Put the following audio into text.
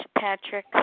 Patrick